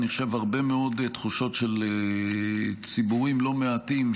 אני חושב שיש הרבה מאוד תחושות של ציבורים לא מעטים,